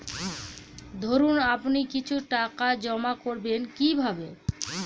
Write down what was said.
ধরুন আপনি কিছু টাকা জমা করবেন কিভাবে?